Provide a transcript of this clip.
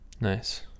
nice